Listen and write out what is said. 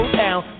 down